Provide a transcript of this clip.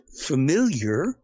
familiar